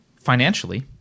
financially